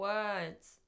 Words